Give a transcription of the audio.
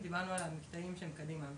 דיברנו על המקטעים שהם קדימה.